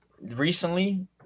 recently